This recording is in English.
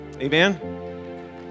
Amen